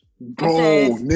bro